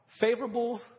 favorable